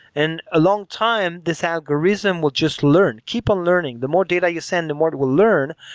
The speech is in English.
and a long time, this algorithm will just learn, keep on learning. the more data you send, the more it will learn,